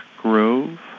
Grove